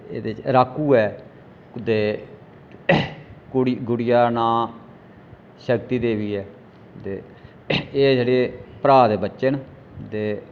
राकू ऐ ते कुड़ी गुड़िया दा ना शक्ति देवी ऐ ते एह् जेह्ड़ी भ्रा दे बच्चे न ते